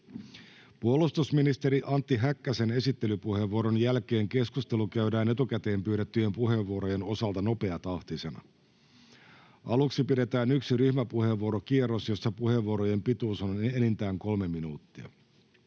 Puolustusministeri Antti Häkkäsen esittelypuheenvuoron jälkeen keskustelu käydään etukäteen pyydettyjen puheenvuorojen osalta nopeatahtisena. Aluksi pidetään yksi ryhmäpuheenvuorokierros, jossa puheenvuorojen pituus on enintään kolme minuuttia.